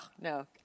no